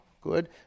good